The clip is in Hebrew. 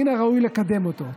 מן הראוי לקדם אותו.